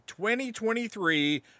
2023